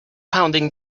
pounding